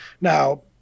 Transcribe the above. now